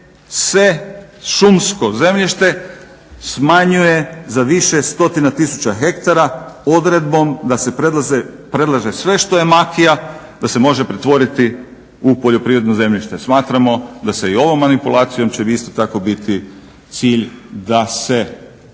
se šumsko zemljište smanjuje za više stotina tisuća hektara odredbom da se predlaže da sve što je makija da se može pretvoriti u poljoprivredno zemljište. Smatramo da će se i ovom manipulacijom biti isto tako biti cilj da se